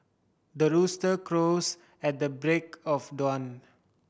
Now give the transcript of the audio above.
the rooster crows at the break of dawn